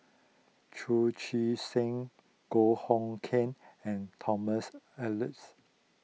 Chu Chee Seng Goh Hood Keng and Thomas Oxley